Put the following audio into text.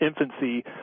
infancy